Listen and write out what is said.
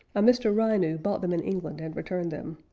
a mr. ryhineu bought them in england and returned them.